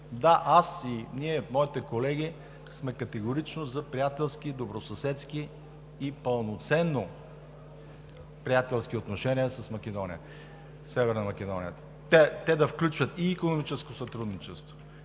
Да, аз и моите колеги сме категорично за приятелски, добросъседски и пълноценно приятелски отношения с Македония – Северна Македония. Те да включват и икономическото сътрудничество,